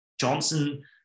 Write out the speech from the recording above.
Johnson